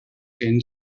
ken